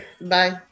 Bye